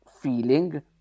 feeling